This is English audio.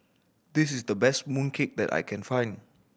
this is the best mooncake that I can find